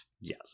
Yes